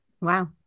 Wow